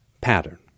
pattern